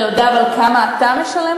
עד 2. אתה יודע אבל כמה אתה משלם,